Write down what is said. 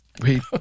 Wait